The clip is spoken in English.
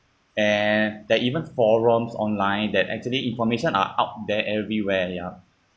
and there're even forums online that actually information are out there everywhere ya